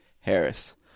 Harris